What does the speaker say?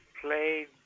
played